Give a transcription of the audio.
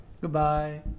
Goodbye